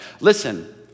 Listen